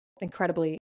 incredibly